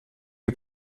die